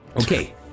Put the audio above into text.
okay